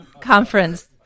conference